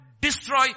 destroy